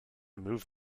move